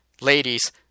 ladies